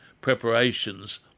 preparations